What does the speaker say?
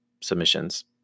submissions